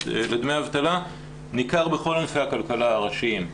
לדמי אבטלה ניכר בכל ענפי הכלכלה הראשיים,